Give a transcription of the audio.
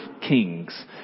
kings